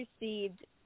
received